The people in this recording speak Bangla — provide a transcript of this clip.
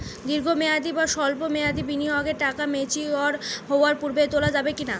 দীর্ঘ মেয়াদি বা সল্প মেয়াদি বিনিয়োগের টাকা ম্যাচিওর হওয়ার পূর্বে তোলা যাবে কি না?